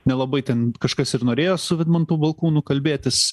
nelabai ten kažkas ir norėjo su vidmantu balkūnu kalbėtis